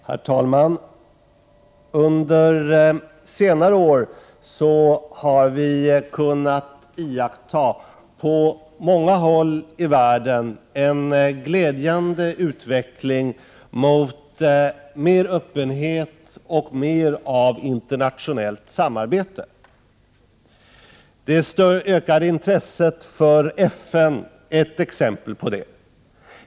Herr talman! Under senare år har vi på många håll i världen kunnat iaktta en glädjande utveckling mot mer öppenhet och mer av internationellt samarbete. Det ökade intresset för FN är ett exempel på det.